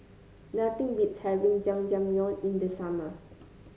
nothing beats having Jajangmyeon in the summer